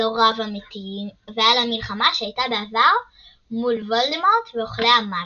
על הוריו המתים ועל המלחמה שהייתה בעבר אל מול וולדמורט ואוכלי המוות.